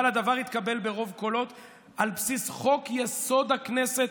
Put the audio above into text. אבל הדבר התקבל ברוב קולות על בסיס חוק-יסוד: הכנסת,